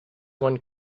one